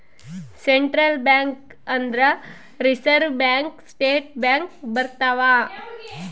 central bank ಅಂದ್ರ reserve bank state bank ಬರ್ತವ